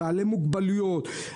בעלי מוגבלויות.